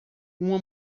uma